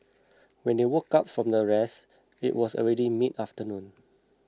when they woke up from their rest it was already midafternoon